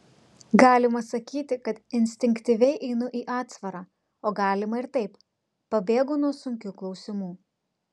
galima sakyti kad instinktyviai einu į atsvarą o galima ir taip pabėgu nuo sunkių klausimų